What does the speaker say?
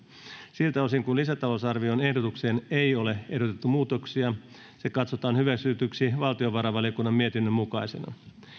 siltä osin kuin lisätalousarvioehdotukseen ei ole ehdotettu muutoksia se katsotaan hyväksytyksi valtiovarainvaliokunnan mietinnön mukaisena